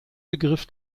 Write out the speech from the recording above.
begriff